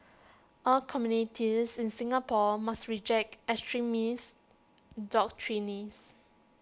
all communities in Singapore must reject extremist doctrines